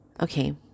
Okay